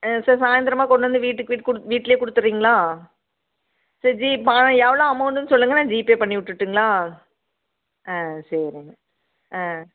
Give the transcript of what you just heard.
ஆ சரி சாய்ந்தரமாக கொண்டு வந்து வீட்டுக்கு வீடு கொடுத் வீட்டிலே கொடுத்துட்றீங்களா சரி ஜி ப எவ்வளோ அமௌண்ட்டுன்னு சொல்லுங்க நான் ஜிபே பண்ணி விட்டுட்டுங்களா ஆ சரிங்க ஆ